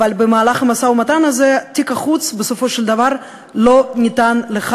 אבל במהלך המשא-ומתן הזה תיק החוץ בסופו של דבר לא ניתן לך.